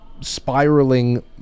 spiraling